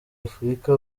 afurika